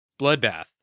Bloodbath